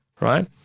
right